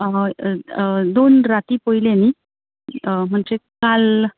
हय दोन राती पयले न्ही म्हणजे काल